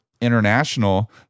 international